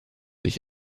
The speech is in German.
ich